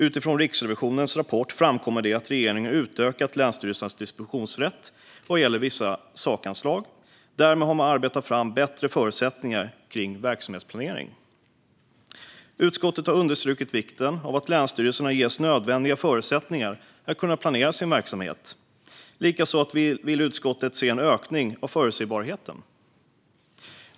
Utifrån Riksrevisionens rapport framkommer det att regeringen har utökat länsstyrelsernas dispositionsrätt vad gäller vissa sakanslag. Därmed har man arbetat fram bättre förutsättningar kring verksamhetsplanering. Utskottet har understrukit vikten av att länsstyrelserna ges nödvändiga förutsättningar att kunna planera sin verksamhet. Likaså vill utskottet se en ökning av förutsebarheten.